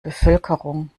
bevölkerung